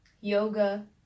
yoga